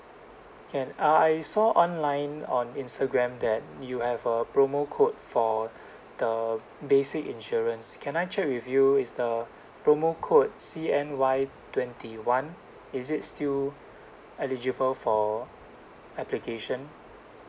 can ah I saw online on instagram that you have a promo code for the basic insurance can I check with you is the promo code C_N_Y twenty one is it still eligible for application